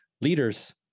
leaders